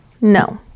No